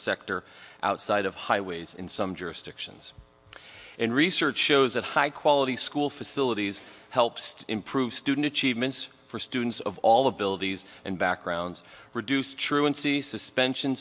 sector outside of highways in some jurisdictions and research shows that high quality school facilities helps improve student achievement for students of all abilities and backgrounds reduce truancy suspension